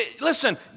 Listen